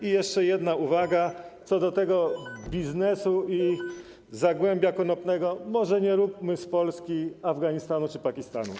I jeszcze jedna uwaga co do tego biznesu i zagłębia konopnego: Może nie róbmy z Polski Afganistanu czy Pakistanu.